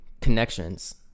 connections